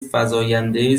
فزاینده